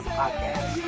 podcast